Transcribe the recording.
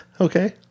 okay